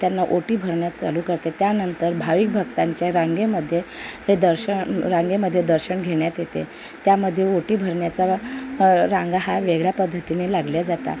त्यांना ओटी भरण्याच चालू करतात त्यानंतर भाविक भक्तांच्या रांगेमध्ये हे दर्शन रांगेमध्ये दर्शन घेण्यात येते त्यामध्ये ओटी भरण्याचा व रांगा हा वेगळ्या पद्धतीने लागल्या जातात